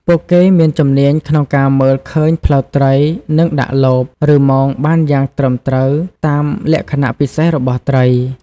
ពួកគេមានជំនាញក្នុងការមើលឃើញផ្លូវត្រី និងដាក់លប ឬមងបានយ៉ាងត្រឹមត្រូវតាមលក្ខណៈពិសេសរបស់ត្រី។